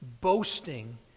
boasting